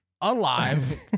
alive